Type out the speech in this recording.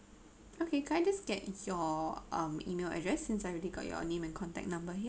okay can I just get your um email address since I already got your name and contact number here